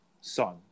son